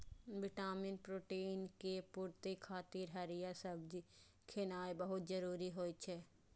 vitamin, protein के पूर्ति खातिर हरियर सब्जी खेनाय बहुत जरूरी होइ छै